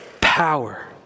power